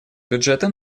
бюджета